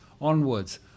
onwards